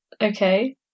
Okay